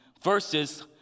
verses